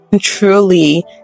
truly